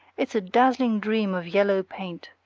it's a dazzling dream of yellow paint.